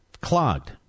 clogged